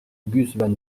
gus